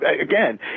again